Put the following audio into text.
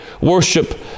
worship